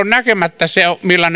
näkemättä se